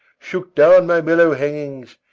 shook down my mellow hangings,